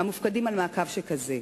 המופקדים על מעקב שכזה,